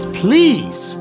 please